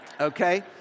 Okay